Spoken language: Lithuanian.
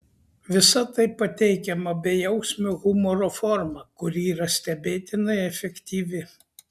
visa tai pateikiama bejausmio humoro forma kuri yra stebėtinai efektyvi